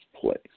place